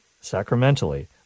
sacramentally